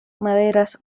maderas